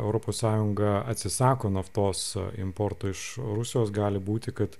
europos sąjunga atsisako naftos importo iš rusijos gali būti kad